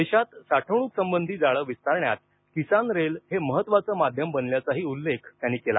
देशातला साठवणूकसंबधी जाळं विस्तारण्यात किसान रेल हे महत्त्वाचं माध्यम बनल्याचाही उल्लेख त्यांनी केला